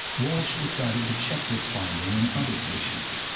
walsh decided to check this finding in other patients.